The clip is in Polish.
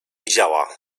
widziała